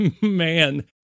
Man